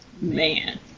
Man